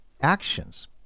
actions